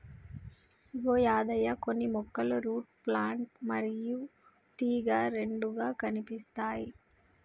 ఇగో యాదయ్య కొన్ని మొక్కలు root plant మరియు తీగ రెండుగా కనిపిస్తాయి